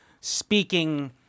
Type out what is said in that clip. speaking